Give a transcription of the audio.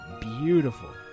beautiful